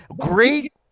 great